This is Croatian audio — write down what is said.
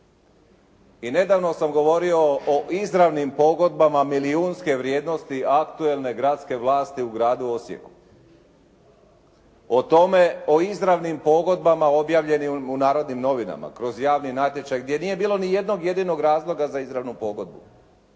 I nedavno sam govorio o izravnim pogodbama milijunske vrijednosti aktualne gradske vlasti u Gradu Osijeku. O tome, o izravnim pogodbama objavljenim u "Narodnim novinama" kroz javni natječaj gdje nije bilo ni jednog jedinog razloga za izravnu pogodbu.